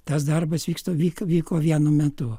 tas darbas vyksta vyko vyko vienu metu